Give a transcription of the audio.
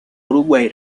uruguay